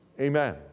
Amen